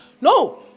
No